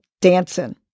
dancing